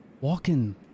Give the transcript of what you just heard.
Walking